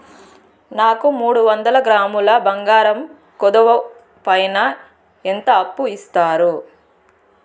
నాకు మూడు వందల గ్రాములు బంగారం కుదువు పైన ఎంత అప్పు ఇస్తారు?